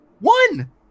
one